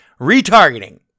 Retargeting